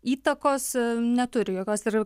įtakos neturi jokios ir